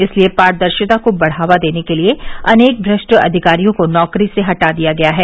इस लिए पारदर्शिता को बढावा देने के लिए अनेक भ्रष्ट अधिकारियों को नौकरी से हटा दिया गया है